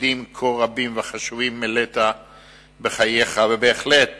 תפקידים כה רבים וחשובים מילאת בחייך, ובהחלט